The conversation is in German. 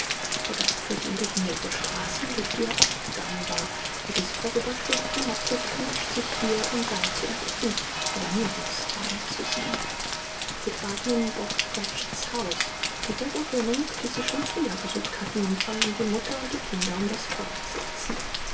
der geist führte ihn durch mehrere straßen durch die er oft gegangen war und wie sie vorüber schwebten hoffte scrooge sich hier und da zu erblicken aber nirgends war er zu sehen sie traten in bob cratchits haus dieselbe wohnung die sie schon früher besucht hatten und fanden die mutter und die kinder um das feuer sitzen